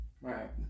Right